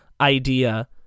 idea